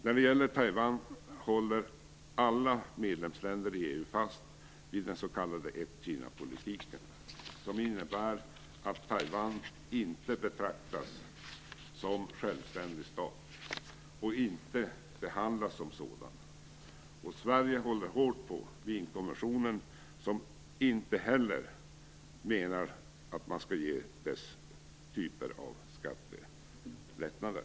När det gäller Taiwan håller alla medlemsländer i EU fast vid den s.k. ett-Kina-politiken som innebär att Taiwan inte betraktas som självständig stat och inte behandlas som en sådan. Sverige håller hårt på Wienkonventionen enligt vilken man heller inte skall ge dessa typer av skattelättnader.